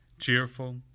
cheerful